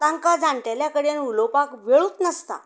तांकां जाणटेल्या कडेन उलोवपाक वेळूच नासता